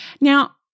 Now